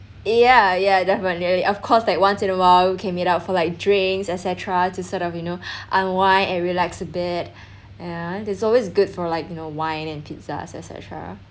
yeah yeah definitely of course like once in a while we can meet out for like drinks etcetera to sort of you know unwind and relax a bit yeah and there's always good for like you know wine and pizza etcetera